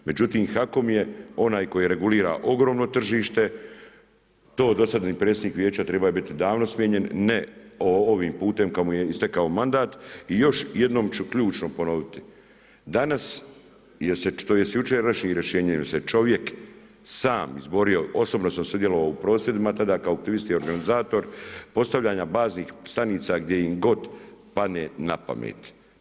Međutim, HAKOM je onaj koji regulira ogromno tržište, to dosadašnji predsjednik vijeća trebao je biti odavno smijenjen, ne ovim putem kada im je istekao mandat i još jednom ću ključno ponoviti, danas, tj. jučerašnjim rješenjem se čovjek sam izborio, osobno sam sudjelovao u prosvjed tada, kao optimist i organizator, postavljenje baznih stanica gdje im god padne na pamet.